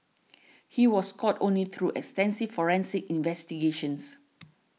he was caught only through extensive forensic investigations